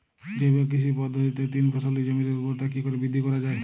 জৈব কৃষি পদ্ধতিতে তিন ফসলী জমির ঊর্বরতা কি করে বৃদ্ধি করা য়ায়?